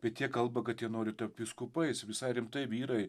bet jie kalba kad jie nori tapt vyskupais visai rimtai vyrai